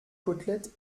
côtelette